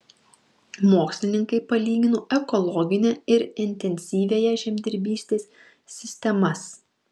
mokslininkai palygino ekologinę ir intensyviąją žemdirbystės sistemas